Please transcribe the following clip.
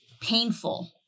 painful